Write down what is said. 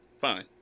Fine